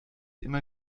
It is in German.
immer